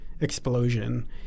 explosion